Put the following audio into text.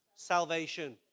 Salvation